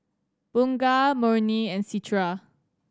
Bunga Murni and Citra